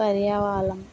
పర్యవాలం